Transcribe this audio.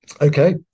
Okay